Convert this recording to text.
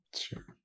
Sure